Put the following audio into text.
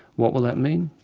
what will that mean?